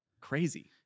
crazy